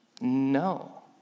No